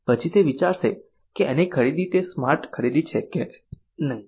પછી તે વિચારશે કે એની ખરીદી તે સ્માર્ટ ખરીદી છે કે નહિ